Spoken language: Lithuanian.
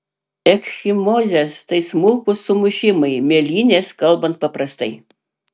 ekchimozės tai smulkūs sumušimai mėlynės kalbant paprastai